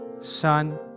Son